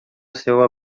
seua